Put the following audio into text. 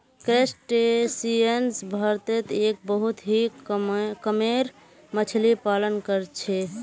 crustaceans भारतत एक बहुत ही कामेर मच्छ्ली पालन कर छे